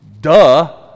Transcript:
Duh